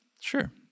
Sure